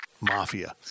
mafia